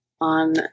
on